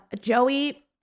Joey